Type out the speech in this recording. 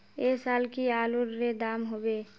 ऐ साल की आलूर र दाम होबे?